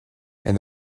and